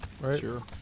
Sure